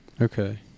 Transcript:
Okay